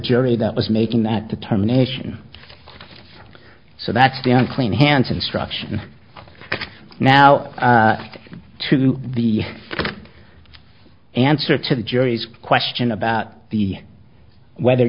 jury that was making that determination so that's the on clean hands instruction now to the answer to the jury's question about the whether